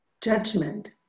judgment